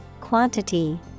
quantity